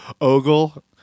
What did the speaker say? ogle